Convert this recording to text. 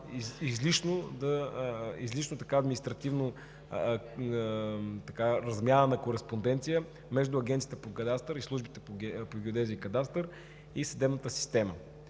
излишна административна размяна на кореспонденция между Агенцията по кадастър, службите по геодезия и кадастър и